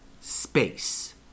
space